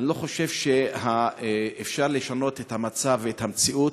אני לא חושב שאפשר לשנות את המצב ואת המציאות